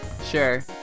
Sure